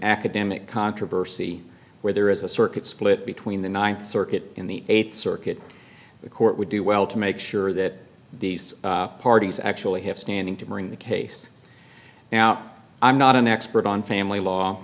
academic controversy where there is a circuit split between the ninth circuit in the eighth circuit the court would do well to make sure that these parties actually have standing to bring the case now i'm not an expert on family law